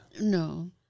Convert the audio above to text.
No